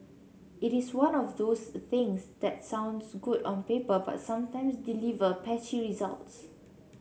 it is one of those things that sounds good on paper but sometimes deliver patchy results